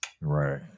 Right